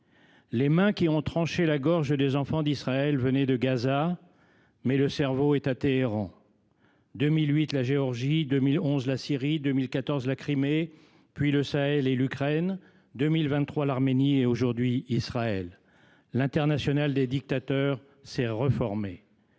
Les mains qui ont tranché la gorge des enfants d’Israël venaient de Gaza, mais le cerveau est à Téhéran. En 2008, la Géorgie ; en 2011, la Syrie ; en 2014, la Crimée, puis le Sahel et l’Ukraine ; en 2023, l’Arménie ; aujourd’hui Israël : l’internationale des dictateurs s’est reformée.